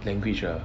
language ah